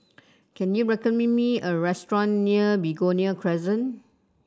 can you recommend me a restaurant near Begonia Crescent